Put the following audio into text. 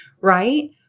right